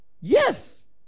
Yes